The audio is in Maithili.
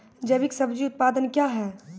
जैविक सब्जी उत्पादन क्या हैं?